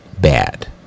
bad